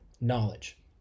knowledge